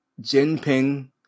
Jinping